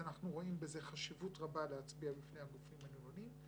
אנחנו רואים בזה חשיבות רבה להצביע בפני הגופים הנלונים.